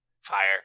Fire